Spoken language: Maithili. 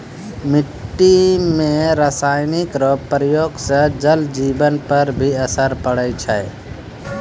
मिट्टी मे रासायनिक रो प्रयोग से जल जिवन पर भी असर पड़ै छै